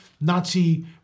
Nazi